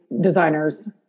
designers